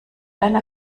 einer